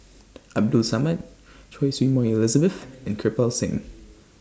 Abdul Samad Choy Su Moi Elizabeth and Kirpal Singh